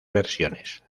versiones